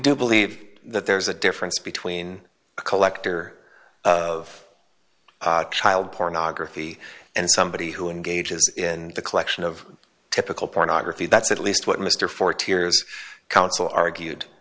do believe that there is a difference between a collector of child pornography and somebody who engages in the collection of typical pornography that's at least what mr for tears council argued